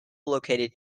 located